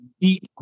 deep